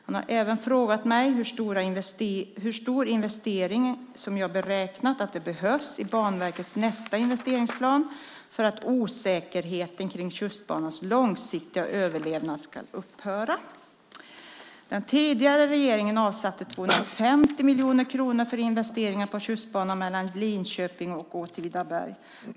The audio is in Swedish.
Han har även frågat mig hur stor investering som jag beräknat att det behövs i Banverkets nästa investeringsplan för att osäkerheten kring Tjustbanans långsiktiga överlevnad ska upphöra. Den tidigare regeringen avsatte 250 miljoner kronor för investeringar på Tjustbanan mellan Linköping och Åtvidaberg.